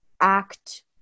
act